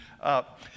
up